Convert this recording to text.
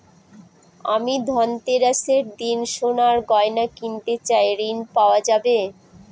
আমি ধনতেরাসের দিন সোনার গয়না কিনতে চাই ঝণ পাওয়া যাবে?